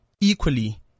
equally